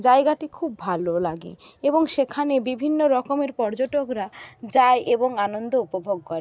জায়গাটি খুব ভালো লাগে এবং সেখানে বিভিন্ন রকমের পর্যটকরা যায় এবং আনন্দ উপভোগ করে